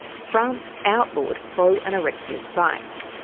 france outlawed pro-anorexia sites.